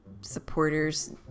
supporters